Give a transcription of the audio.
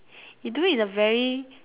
you do it a very